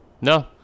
no